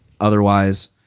otherwise